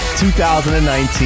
2019